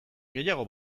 gehiago